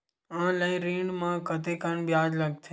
Online ऋण म कतेकन ब्याज लगथे?